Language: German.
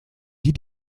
die